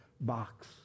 box